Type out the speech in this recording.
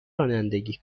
رانندگی